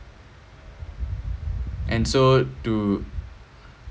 and so to